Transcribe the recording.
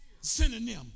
synonym